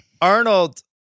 Arnold